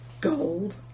gold